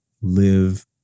live